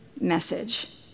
message